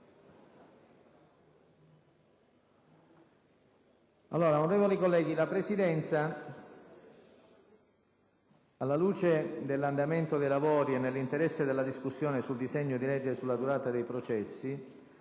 Onorevoli colleghi, la Presidenza, alla luce dell'andamento dei lavori e nell'interesse della discussione sul disegno di legge sulla durata dei processi,